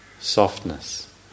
softness